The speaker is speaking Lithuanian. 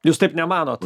jūs taip nemanot